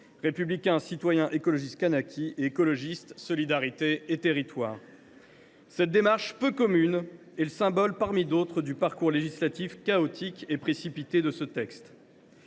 Républicain Citoyen et Écologiste – Kanaky et du groupe Écologiste Solidarité et Territoires. Cette démarche peu commune est le symbole parmi d’autres du parcours législatif chaotique et précipité de ce texte.